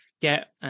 get